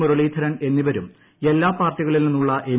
മുരളീധരൻ എന്നിവരും എല്ലാ പാർട്ടികളിലും നിന്നുള്ള എം